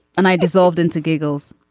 and i dissolved into giggles.